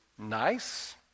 Nice